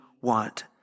want